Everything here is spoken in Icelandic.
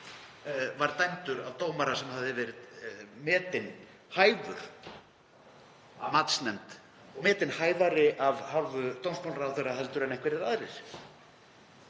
var dæmdur af dómara sem hafði verið metinn hæfur af matsnefnd, og metinn hæfari af hálfu dómsmálaráðherra en einhverjir aðrir.